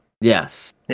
Yes